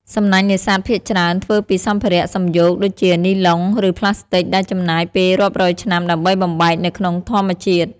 សំណាញ់នេសាទភាគច្រើនធ្វើពីសម្ភារៈសំយោគដូចជានីឡុង ឬប្លាស្ទិក ដែលចំណាយពេលរាប់រយឆ្នាំដើម្បីបំបែកនៅក្នុងធម្មជាតិ។